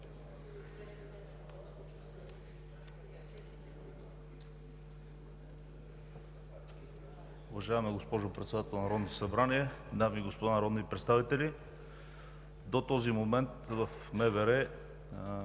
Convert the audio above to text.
Уважаема госпожо Председател на Народното събрание, дами и господа народни представители! До този момент в МВР